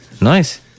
Nice